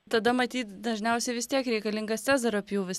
tada matyt dažniausiai vis tiek reikalingas cezario pjūvis